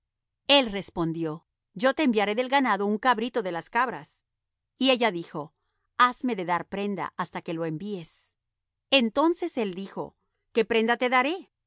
el respondió yo te enviaré del ganado un cabrito de las cabras y ella dijo hasme de dar prenda hasta que lo envíes entonces él dijo qué prenda te daré